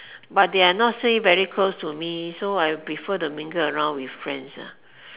but they are not say very close to me so I prefer to mingle around with friends ah